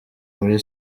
muri